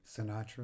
Sinatra